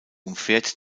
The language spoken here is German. umfährt